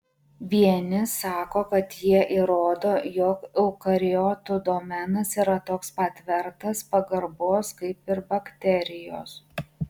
vieni sako kad jie įrodo jog eukariotų domenas yra toks pat vertas pagarbos kaip ir bakterijos